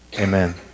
Amen